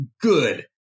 Good